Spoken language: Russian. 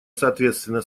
соответственно